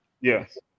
Yes